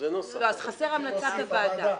חסר "המלצת הוועדה".